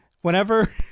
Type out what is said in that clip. whenever